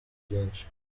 byinshi